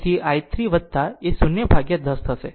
તેથી i 3 એ 0 ભાગ્યા 10 થશે